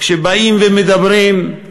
כשבאים ומדברים,